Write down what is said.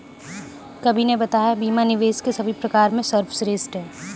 कवि ने बताया बीमा निवेश के सभी प्रकार में सर्वश्रेष्ठ है